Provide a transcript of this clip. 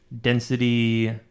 density